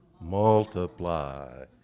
multiply